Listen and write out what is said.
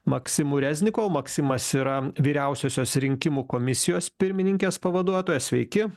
maksimu reznikov maksimas yra vyriausiosios rinkimų komisijos pirmininkės pavaduotojas sveiki